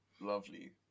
Lovely